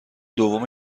دوم